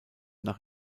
nach